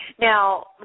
Now